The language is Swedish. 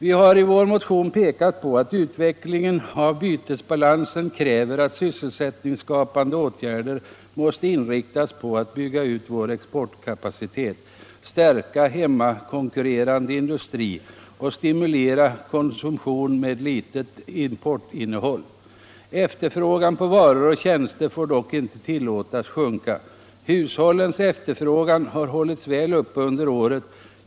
I vår motion har vi pekat på att utvecklingen av bytesbalansen kräver att sysselsättningsskapande åtgärder inriktas på att bygga ut vår exportkapacitet, stärka hemmakonkurrerande industri och stimulera konsumtion med litet importinnehåll. Efterfrågan på varor och tjänster får dock inte tillåtas sjunka. Hushållens efterfrågan har hållits väl uppe under året.